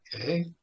okay